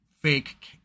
fake